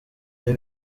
ari